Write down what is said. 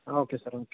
okay sir okay